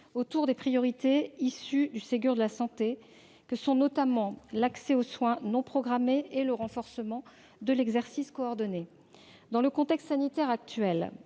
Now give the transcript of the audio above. autour des priorités issues du Ségur de la santé, notamment l'accès aux soins non programmés et le renforcement de l'exercice coordonné. Dans le contexte sanitaire actuel,